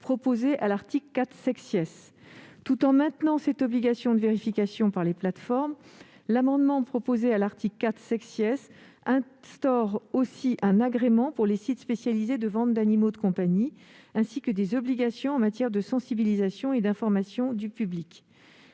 proposé à l'article 4 . Tout en maintenant cette obligation de vérification par les plateformes, l'amendement que j'ai proposé à l'article 4 vise aussi à instaurer un agrément pour les sites spécialisés de vente d'animaux de compagnie, ainsi que des obligations en matière de sensibilisation et d'information du public.